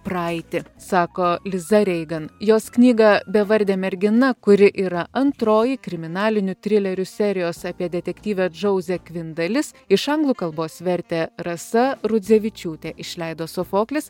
praeitį sako liza reigan jos knygą bevardė mergina kuri yra antroji kriminalinių trilerių serijos apie detektyvę džauzę kvin dalis iš anglų kalbos vertė rasa rudzevičiūtė išleido sofoklis